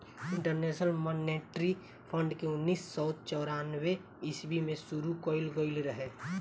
international monetary fund के उन्नीस सौ चौरानवे ईस्वी में शुरू कईल गईल रहे